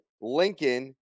Lincoln